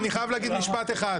חבר הכנסת גדי יברקן, שמענו.